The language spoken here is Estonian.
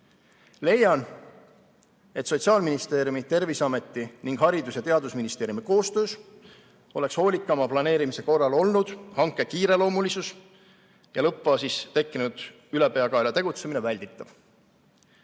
et Sotsiaalministeeriumi, Terviseameti ning Haridus‑ ja Teadusministeeriumi koostöös oleks hoolikama planeerimise korral olnud hanke kiireloomulisus ja lõppfaasis tekkinud ülepeakaela tegutsemine välditav.